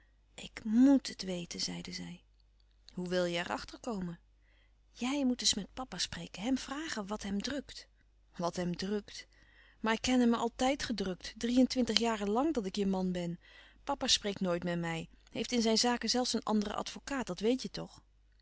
ik met het weten zeide zij hoe wil je er achter komen jij moet eens met papa spreken hem vragen wat hem drukt wat hem drukt maar ik ken hem altijd gedrukt drie-en-twintig jaren lang dat ik je man ben papa spreekt nooit met mij heeft in zijn zaken zelfs een anderen advokaat dat weet je toch